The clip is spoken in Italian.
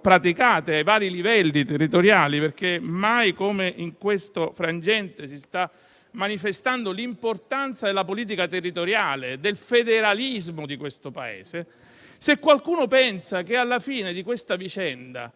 praticate ai vari livelli territoriali - mai come in questo frangente si sta manifestando l'importanza della politica territoriale e del federalismo del Paese - e che alla fine di questa vicenda